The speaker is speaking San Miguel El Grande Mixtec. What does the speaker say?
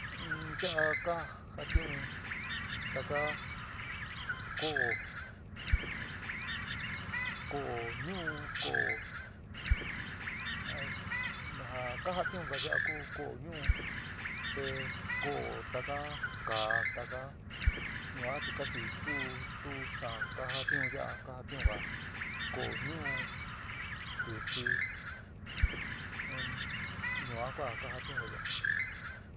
Yaá ka jatiún taka ko'o, ko'o ñu'u koo inka ja kajatiunga ya'a ku ko'o ñu'u te ko'o taka kaá taka ñua chi kasi tu tu xaán kajatiun ya'a kajatiun ko'o ñu'u, kisi, in ñua kua kajatiunga ya'a.